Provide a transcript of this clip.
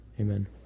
Amen